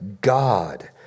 God